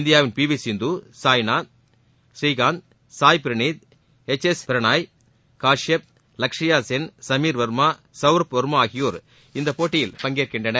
இந்தியாவின் P V Sindhu Saina Srikanth Sai Praneeth H S Prannoy Kashyap Lakshya Sen Sameer Verma Sourabh Verma ஆகியோர் இப்போட்டியில் பங்கேற்கின்றனர்